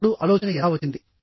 ఇప్పుడు ఆలోచన ఎలా వచ్చింది